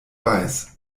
weiß